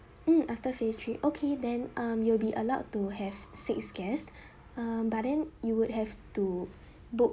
mm after phase three okay then um you will be allowed to have six guests um but then you would have to book